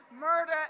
murder